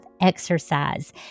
exercise